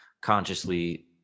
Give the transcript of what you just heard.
consciously